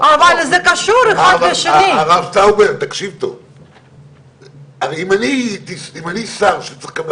הלוא בתוך התכנית מובנה שאתה לא תקבל את הזכויות אם לא תעשה את